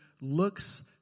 looks